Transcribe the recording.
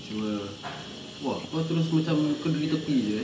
cuma !wah! kau terus macam diri tepi jer eh